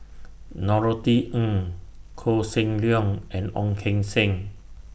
Norothy Ng Koh Seng Leong and Ong Keng Sen